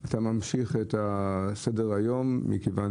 אבל אתה ממשיך בסדר היום מכיוון